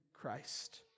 christ